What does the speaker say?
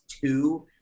two